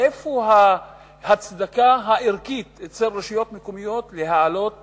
מאיפה ההצדקה הערכית של רשויות מקומיות להעלות